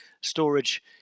storage